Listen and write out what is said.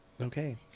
Okay